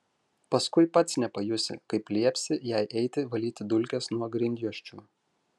paskui pats nepajusi kaip liepsi jai eiti valyti dulkes nuo grindjuosčių